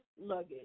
luggage